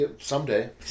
Someday